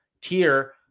tier